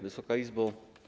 Wysoka Izbo!